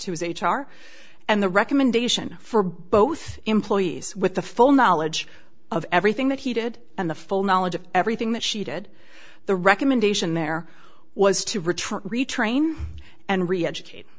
she was h r and the recommendation for both employees with the full knowledge of everything that he did and the full knowledge of everything that she did the recommendation there was to